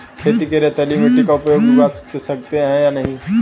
खेत में रेतीली मिटी में उपज उगा सकते हैं या नहीं?